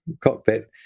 cockpit